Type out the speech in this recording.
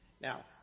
Now